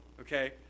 okay